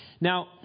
Now